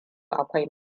akwai